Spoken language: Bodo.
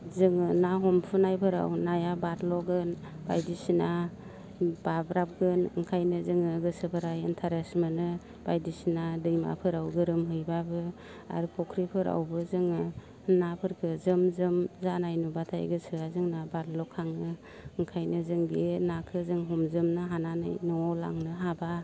जोङो ना हमफुनायफोराव नाया बारज्ल'गोन बायदिसिना बाब्राबगोन ओंखायनो जोङो गोसोफोरा इन्ट्रेस्ट मोनो बायदिसिना दैमाफोराव गोरोमहैब्लाबो आरो फुख्रिफोरावबो जोङो नाफोरखो जोम जोम जानाय नुब्लाथाय गोसोआ जोंना बाज्ल'खाङो ओंखायनो जों बे नाखो हमजोबनो हानानै न'आव लांनो हाब्ला